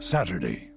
Saturday